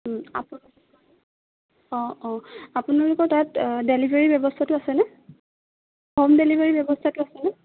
অঁ অঁ আপোনালোকৰ তাত ডেলিভাৰী ব্যৱস্থাটো আছেনে হোম ডেলিভাৰী ব্যৱস্থাটো আছেনে